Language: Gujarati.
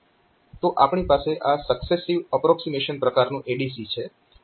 તો આપણી પાસે આ સક્સેસીવ અપ્રોક્સીમેશન પ્રકારનું ADC છે